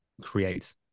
create